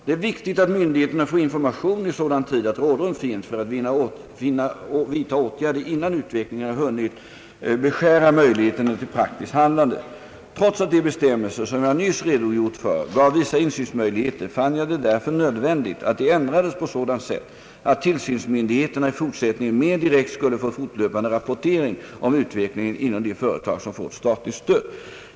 Det är viktigt att myndigheterna får information i sådan tid att rådrum finns för att vidta åtgärder innan utvecklingen har hunnit beskära möjligheterna till praktiskt handlande. Trots att de be stämmelser som jag nyss redogjort för gav vissa insynsmöjligheter fann jag det därför nödvändigt att de ändrades på sådant sätt att tillsynsmyndigheterna i fortsättningen mer direkt skulle få fortlöpande rapportering om utvecklingen inom de företag som fått statligt stöd.